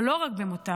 אבל לא רק במותם,